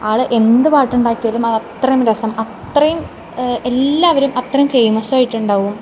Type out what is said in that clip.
ആള് എന്ത് പാട്ടുണ്ടാക്കിയാലും അത് അത്രേം രസം അത്രേം എല്ലാവരും അത്രേം ഫേമസായിട്ട്ണ്ടാവും